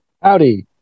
Howdy